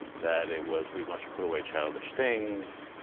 that it was we must put away childish things.